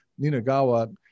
Ninagawa